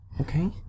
Okay